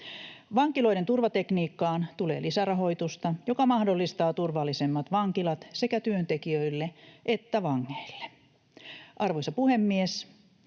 Vankiloiden turvatekniikkaan tulee lisärahoitusta, joka mahdollistaa turvallisemmat vankilat sekä työntekijöille että vangeille. Arvoisa puhemies!